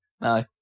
No